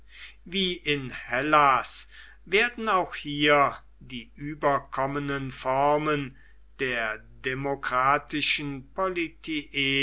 wie in hellas werden auch hier die überkommenen formen der demokratischen